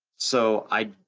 so i